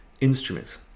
instruments